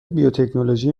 بیوتکنولوژی